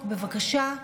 בבקשה.